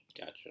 Gotcha